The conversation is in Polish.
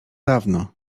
dawno